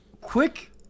Quick